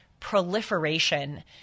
proliferation